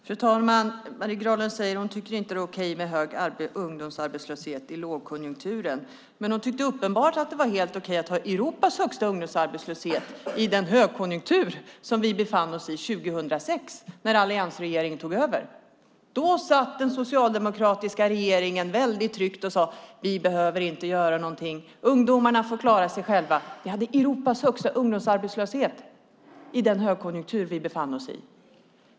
Fru talman! Marie Granlund tycker inte att det är okej med en hög ungdomsarbetslöshet nu i en lågkonjunktur. Men uppenbart tycker hon att det var helt okej att Sverige hade Europas högsta ungdomsarbetslöshet under den högkonjunktur som vi 2006 befann oss i och när alliansregeringen tog över. Då satt den socialdemokratiska regeringen väldigt tryggt och sade: Vi behöver inte göra någonting. Ungdomarna får klara sig själva. Men Sverige hade, som sagt, Europas högsta ungdomsarbetslöshet under den högkonjunktur som vi då befann oss i.